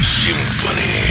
symphony